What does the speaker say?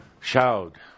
shout